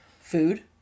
food